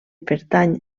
pertany